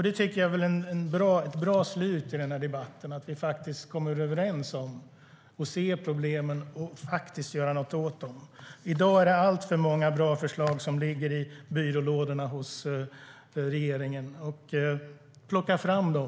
Det är ett bra slut i debatten att vi kommer överens om att se problemen och göra någonting åt dem. I dag är det alltför många bra förslag som ligger i byrålådorna hos regeringen. Plocka fram dem!